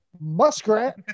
muskrat